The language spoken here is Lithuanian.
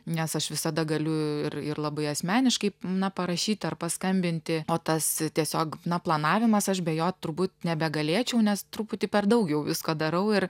nes aš visada galiu ir ir labai asmeniškai na parašyti ar paskambinti o tas tiesiog na planavimas aš be jo turbūt nebegalėčiau nes truputį per daug jau visko darau ir